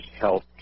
health